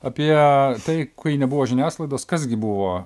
apie tai kai nebuvo žiniasklaidos kas gi buvo